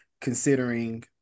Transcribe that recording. considering